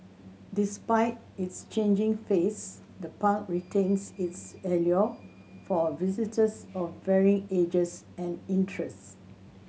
despite its changing face the park retains its allure for visitors of varying ages and interests